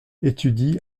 étudie